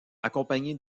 accompagnée